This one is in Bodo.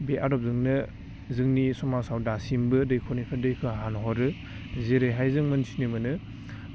बे आदबजोंनो जोंनि समाजाव दासिमबो दैखरनिफ्राय दैखौ हानहरो जेरैहाय जों मोनथिनो मोनो